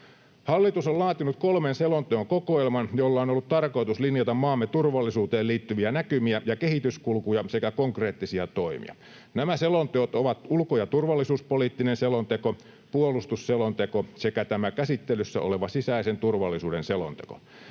Hallitus on laatinut kolmen selonteon kokoelman, jolla on ollut tarkoitus linjata maamme turvallisuuteen liittyviä näkymiä ja kehityskulkuja sekä konkreettisia toimia. Nämä selonteot ovat ulko- ja turvallisuuspoliittinen selonteko, puolustusselonteko sekä tämä käsittelyssä oleva sisäisen turvallisuuden selonteko.